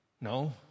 No